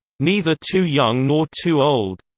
neither too young nor too old.